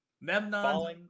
memnon